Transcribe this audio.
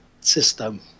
system